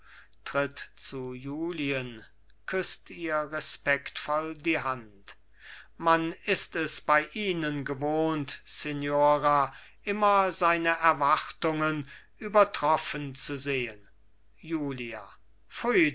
tritt zu julien küßt ihr respektvoll die hand man ist es bei ihnen gewohnt signora immer seine erwartungen übertroffen zu sehen julia